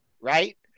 right